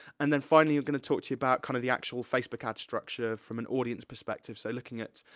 and then, finally, i'm gonna talk to you about kind of the actual facebook ad structure from an audience perspective, so looking at,